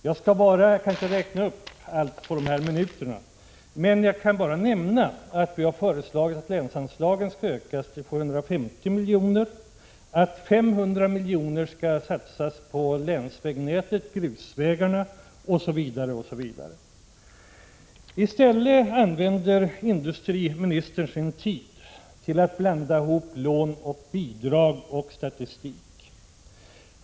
Jag hinner inte nu räkna upp alla, men jag kan nämna att vi har föreslagit att länsanslagen skall ökas till 750 milj.kr., att 500 milj.kr. skall satsas på länsvägnätets grusvägar, osv. Industriministern däremot använder sin tid till att blanda ihop lån, bidrag och statistik.